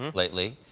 um lately.